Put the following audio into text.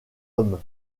homme